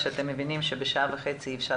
אופן.